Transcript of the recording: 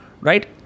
Right